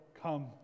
come